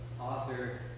author